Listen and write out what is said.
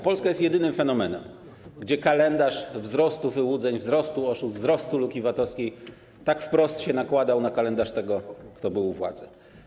Polska jest jedynym fenomenem, gdzie kalendarz wzrostu wyłudzeń, wzrostu oszustw, wzrostu luki VAT-owskiej tak wprost się nakładał na kalendarz tego, kto był u władzy.